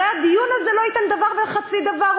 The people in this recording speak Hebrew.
הרי הדיון הזה לא ייתן דבר וחצי דבר,